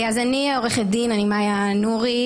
אני עורכת דין מאיה נורי,